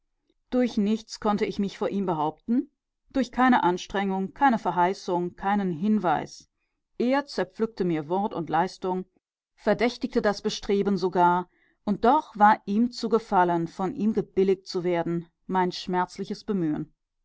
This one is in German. durch nichts konnte ich mich vor ihm behaupten durch keine anstrengung keine verheißung keinen hinweis er zerpflückte mir wort und leistung verdächtigte das bestreben sogar und doch war ihm zu gefallen von ihm gebilligt zu werden mein schmerzliches bemühen